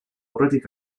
aurretik